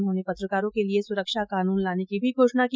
उन्होंने पत्रकारों के लिये सुरक्षा कानून लाने की भी घोषणा की